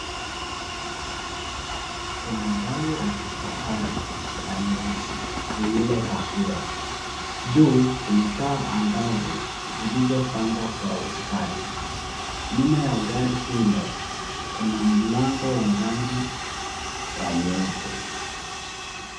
Kuna gari la kifahari la nyeusi lililopakiwa. Juu, kuna taa angavu zilizopangwa kwa ustadi. Nyuma ya gari hilo, kuna mlango wa rangi wa nyeupe.